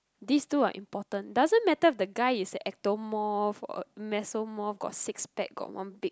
this two are important doesn't matter if the guys is ectomorph or mesomorph got six pack got one big